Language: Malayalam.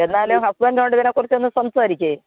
എന്നാലും ഹസ്ബൻഡുമായിട്ട് ഇതിനെക്കുറിച്ചൊന്നു സംസാരിക്കൂ